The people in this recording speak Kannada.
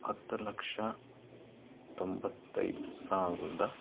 ಹತ್ತು ಲಕ್ಷ ತೊಂಬತ್ತೈದು ಸಾವಿರ್ದ